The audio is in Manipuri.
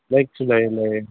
ꯕ꯭ꯂꯦꯛꯁꯨ ꯂꯩ ꯂꯩꯑꯦ